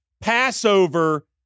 Passover